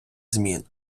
змін